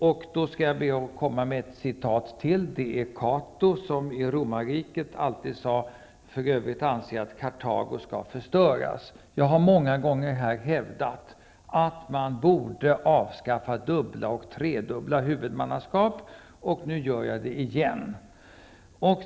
Jag skall här be att få komma med ett citat till, nämligen vad Cato i Romarriket alltid sade: För övrigt anser jag att Kartago bör förstöras. Jag har många gånger i debatten hävdat att man borde avskaffa dubbla och tredubbla huvudmannaskap, och nu gör jag det igen.